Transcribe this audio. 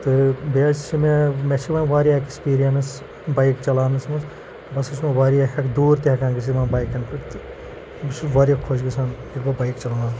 تہٕ بیٚیہِ حظ چھِ مےٚ مےٚ چھِ وۄنۍ واریاہ ایٚکٕسپیٖریَنٕس بایِک چَلاونَس منٛز بہٕ ہَسا چھُس وۄنۍ واریاہ ہیٚک دوٗر ہیٚکان گٔژھِتھ یِمَن بایکَن پٮ۪ٹھ تہٕ بہٕ چھُس واریاہ خۄش گژھان ییٚلہِ بہٕ بایِک چَلاوان